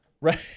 right